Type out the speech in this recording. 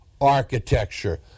architecture